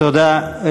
תודה.